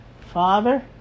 Father